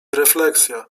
refleksja